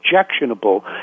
objectionable